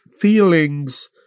feelings